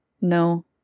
No